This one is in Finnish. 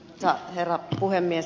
arvoisa herra puhemies